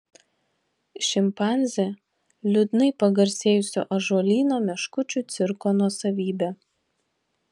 šimpanzė liūdnai pagarsėjusio ąžuolyno meškučių cirko nuosavybė